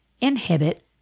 inhibit